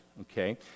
Okay